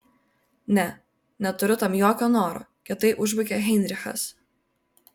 ne neturiu tam jokio noro kietai užbaigė heinrichas